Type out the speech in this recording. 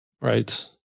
right